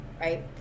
right